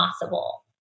possible